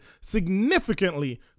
significantly